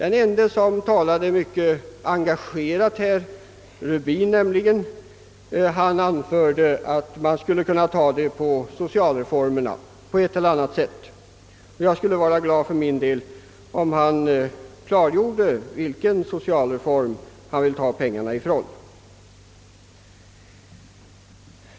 En talare som talade mycket engagerat, nämligen herr Rubin, anförde att man skulle kunna ta ut detta bidrag på socialreformerna på ett eller annat sätt. Jag skulle för min del bli glad om han ville klargöra vilken socialreform han ville ta pengarna från.